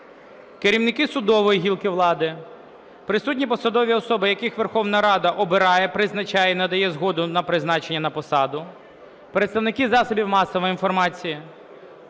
керівники судової гілки влади. Присутні посадові особи, яких Верховна Рада обирає, призначає і надає згоду на призначення на посаду. Представники засобів масової інформації.